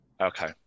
Okay